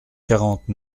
quarante